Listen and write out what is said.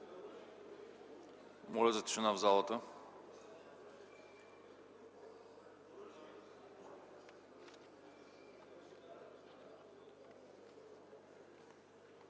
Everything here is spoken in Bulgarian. Моля за тишина в залата.